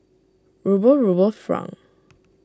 Ruble Ruble Franc